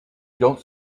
don’t